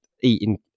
eating